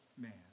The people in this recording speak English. man